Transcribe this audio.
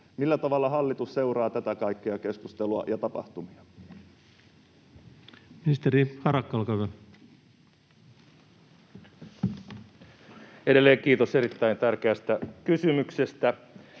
Millä tavalla hallitus seuraa tätä kaikkea keskustelua ja tapahtumia? Ministeri Harakka, olkaa hyvä. Edelleen kiitos erittäin tärkeästä kysymyksestä.